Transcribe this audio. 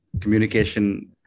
communication